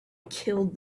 killed